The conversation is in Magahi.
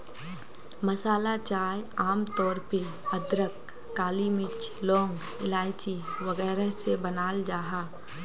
मसाला चाय आम तौर पे अदरक, काली मिर्च, लौंग, इलाइची वगैरह से बनाल जाहा